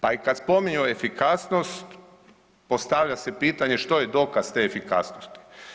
Pa i kad spominju efikasnost postavlja se pitanje što je dokaz te efikasnosti?